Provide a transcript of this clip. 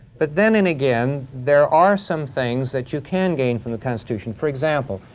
but then and again, there are some things that you can gain from the constitution. for example,